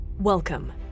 Welcome